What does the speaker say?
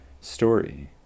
story